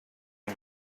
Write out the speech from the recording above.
him